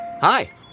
Hi